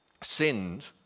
sinned